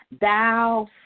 Thou